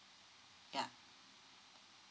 ya